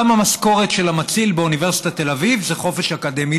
גם המשכורת של המציל באוניברסיטת תל אביב זה חופש אקדמי.